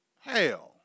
Hell